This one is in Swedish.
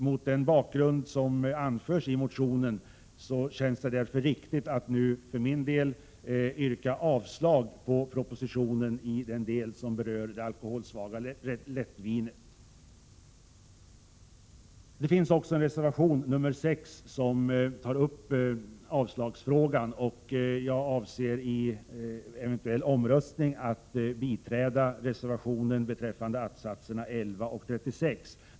Mot den bakgrund som anförs i motionen känns det därför riktigt att nu för min del yrka avslag på propositionen i den del som rör det alkoholsvaga lättvinet. Det finns också en reservation, nr 6, som tar upp avslagsfrågan, och jag avser i en eventuell omröstning att biträda reservationen beträffande att-satserna 11 och 36.